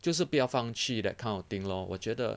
就是不要放弃 that kind of thing lor 我觉得